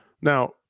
Now